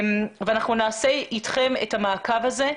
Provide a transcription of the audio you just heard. אנחנו נעשה אתכם את המעקב הזה.